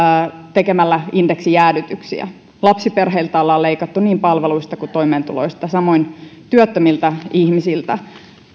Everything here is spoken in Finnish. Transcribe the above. tekemällä indeksijäädytyksiä lapsiperheiltä on leikattu niin palveluista kuin toimeentulosta samoin työttömiltä ihmisiltä